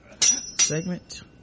segment